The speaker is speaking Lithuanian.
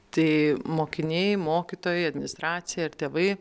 tai mokiniai mokytojai administracija ir tėvai